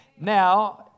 Now